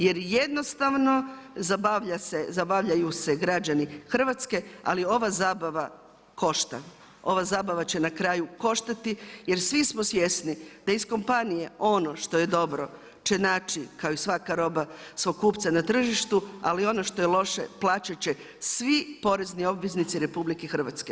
Jer jednostavno zabavljaju se građani Hrvatske, ali ova zabava košta, ova zabava će na kraju koštati jer svi smo svjesni da iz kompanije ono što je dobro će nać kao i svaka roba, svog kupca na tržištu, ali ono što je loše plaćat će svi porezni obveznici RH.